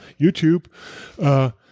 YouTube